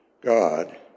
God